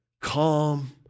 calm